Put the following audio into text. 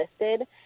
listed